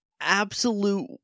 absolute